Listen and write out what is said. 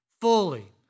fully